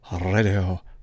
Radio